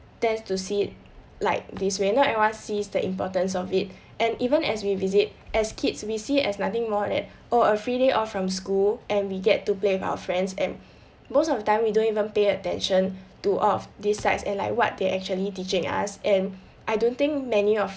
to see it like this way not everyone sees the importance of it and even as we visit as kids we see as nothing more than or a free day off from school and we get to play with our friends and most of time we don't even pay attention to all of these sites and like what they're actually teaching us and I don't think many of